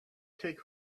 take